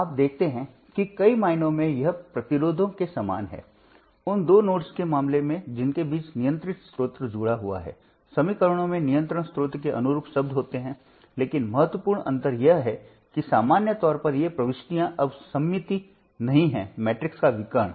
अब आप देखते हैं कि कई मायनों में यह प्रतिरोधों के समान है उन दो नोड्स के मामले में जिनके बीच नियंत्रित स्रोत जुड़ा हुआ है समीकरणों में नियंत्रण स्रोत के अनुरूप शब्द होते हैं लेकिन महत्वपूर्ण अंतर यह है कि सामान्य तौर पर ये प्रविष्टियां अब सममित नहीं हैं मैट्रिक्स का विकर्ण